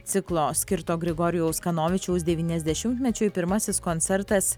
ciklo skirto grigorijaus kanovičiaus devyniasdešimtmečiui pirmasis koncertas